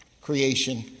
creation